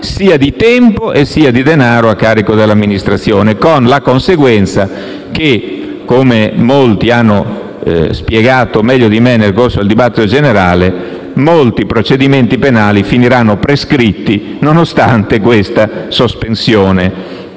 sia di tempo che di denaro a carico dell'amministrazione, con la conseguenza - come molti hanno spiegato meglio di me nel corso della discussione generale - che molti procedimenti penali finiranno prescritti, nonostante la sospensione